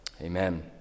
Amen